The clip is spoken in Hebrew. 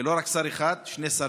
ולא רק שר אחד, שני שרים,